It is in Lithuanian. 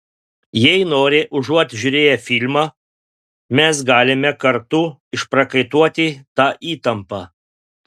jei nori užuot žiūrėję filmą mes galime kartu išprakaituoti tą įtampą